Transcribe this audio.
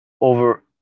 over